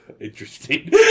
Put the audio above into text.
Interesting